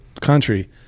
country